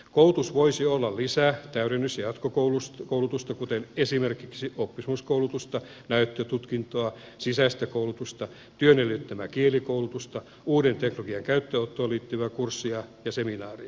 koulutus voisi olla lisä täydennys ja jatkokoulutusta kuten esimerkiksi oppisopimuskoulutusta näyttötutkintoa sisäistä koulutusta työn edellyttämää kielikoulutusta uuden teknologian käyttöönottoon liittyvää kurssia ja seminaaria